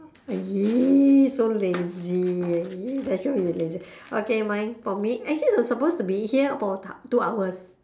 !ee! so lazy !ee! that shows you lazy okay mine for me actually we're supposed to be here for two hours